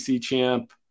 champ